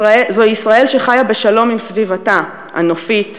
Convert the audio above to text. זו ישראל שחיה בשלום עם סביבתה הנופית,